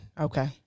okay